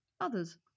Others